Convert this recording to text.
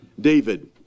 David